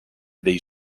dei